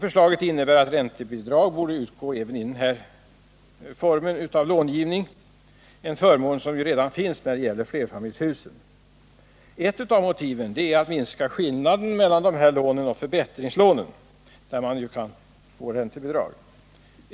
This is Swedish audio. Förslaget innebär att räntebidrag skall utgå vid denna form av långivning, en förmån som redan finns när det gäller flerfamiljshus. Ett av våra motiv är att vi vill minska skillnaden mellan dessa lån och förbättringslånen, där man ju kan få räntebidrag.